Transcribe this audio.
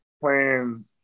playing